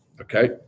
Okay